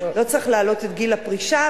לא צריך להעלות את גיל הפרישה.